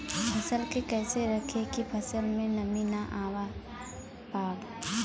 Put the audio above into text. फसल के कैसे रखे की फसल में नमी ना आवा पाव?